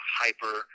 hyper